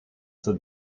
that